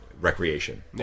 recreation